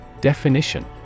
Definition